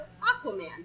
Aquaman